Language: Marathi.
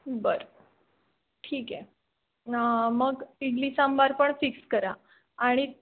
बरं ठीक आहे मग इडली सांबार पण फिक्स करा आणि